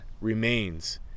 remains